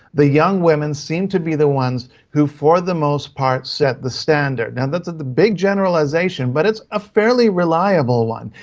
the young women seem to be the ones who for the most part set the standard. and that's a big generalisation but it's a fairly reliable one.